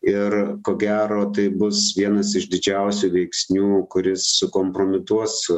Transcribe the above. ir ko gero tai bus vienas iš didžiausių veiksnių kuris sukompromituos